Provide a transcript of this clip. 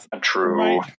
True